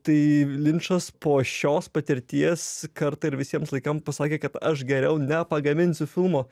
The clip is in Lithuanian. tai linčas po šios patirties kartą ir visiems laikam pasakė kad aš geriau nepagaminsiu filmo